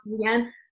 again